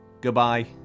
Goodbye